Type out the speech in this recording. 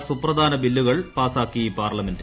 ്സുപ്രധാന ബില്ലുകൾ പാസാക്കി പാർലമെന്റ്